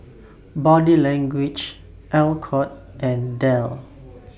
Body Language Alcott and Dell